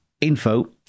info